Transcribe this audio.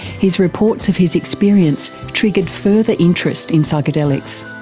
his reports of his experience triggered further interest in psychedelics.